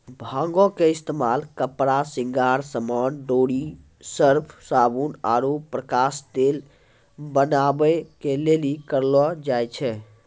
भांगो के इस्तेमाल कपड़ा, श्रृंगार समान, डोरी, सर्फ, साबुन आरु प्रकाश तेल बनाबै के लेली करलो जाय छै